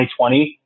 2020